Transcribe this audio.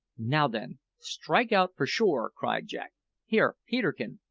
now, then, strike out for shore! cried jack here, peterkin,